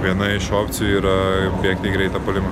viena iš opcijų yra bėgti į greitą puolimą